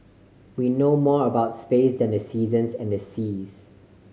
we know more about space than the seasons and the seas